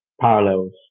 parallels